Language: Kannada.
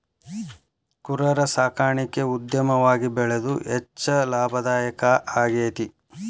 ಕುರರ ಸಾಕಾಣಿಕೆ ಉದ್ಯಮವಾಗಿ ಬೆಳದು ಹೆಚ್ಚ ಲಾಭದಾಯಕಾ ಆಗೇತಿ